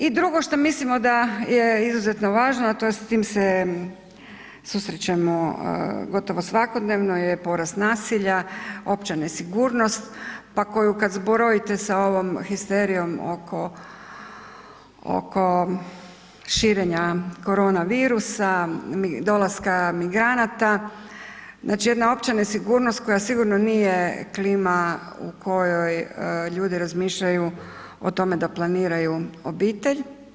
I drugo šta mislimo da je izuzetno važno, a to je, s tim se susrećemo gotovo svakodnevno, je porast nasilja, opća nesigurnost, pa koju kad zbrojite sa ovom histerijom oko, oko širenja koronavirusa, dolaska migranata, znači jedna opća nesigurnost koja sigurno nije klima u kojoj ljudi razmišljaju o tome da planiraju obitelj.